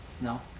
No